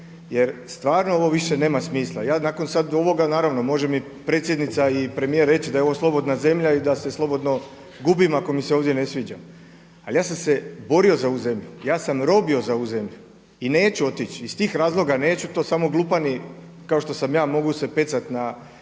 jer stvarno ovo više nema smisla. Ja nakon sada ovoga, naravno može mi predsjednica i premijer reći da je ovo slobodna zemlja i da se slobodno gubim ako mi se ovdje ne sviđa. Ali ja sam se borio za ovu zemlju, ja sam robio za ovu zemlju i neću otići. Iz tih razloga neću, to samo glupani kao što sam ja mogu se pecati na